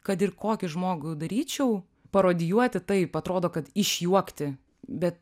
kad ir kokį žmogų daryčiau parodijuoti taip atrodo kad išjuokti bet